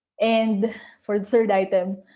and for third item,